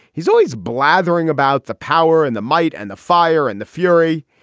he's always blathering about the power and the might and the fire and the fury.